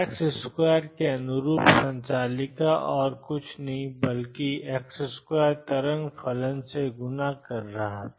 x2 के अनुरूप संचालिका और कुछ नहीं बल्कि x2 तरंग फलन को गुणा कर रहा था